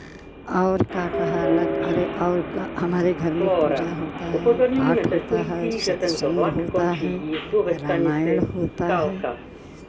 और का कहा अलग अरे और हमारे घर में पूजा होता है पाठ होता है सत्संग होता है रामायण होता है